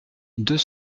deux